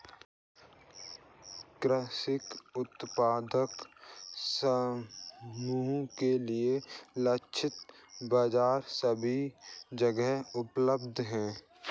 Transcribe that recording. कृषक उत्पादक समूह के लिए लक्षित बाजार सभी जगह उपलब्ध है